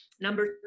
Number